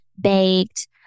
baked